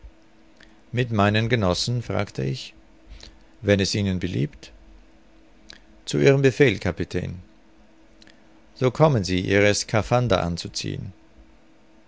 mit meinen genossen fragte ich wenn es ihnen beliebt zu ihrem befehl kapitän so kommen sie ihre skaphander anzuziehen